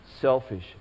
selfish